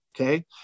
okay